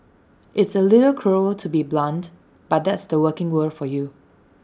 it's A little cruel to be blunt but that's the working world for you